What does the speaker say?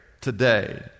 today